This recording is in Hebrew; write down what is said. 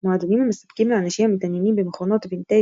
מועדונים המספקים לאנשים המתעניינים במכונות וינטאג'